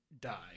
die